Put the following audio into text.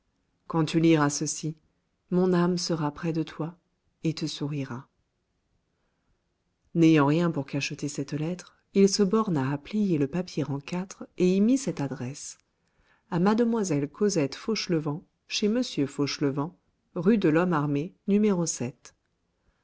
quand tu liras ceci mon âme sera près de toi et te sourira n'ayant rien pour cacheter cette lettre il se borna à plier le papier en quatre et y mit cette adresse à mademoiselle cosette fauchelevent chez m fauchelevent rue de